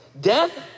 Death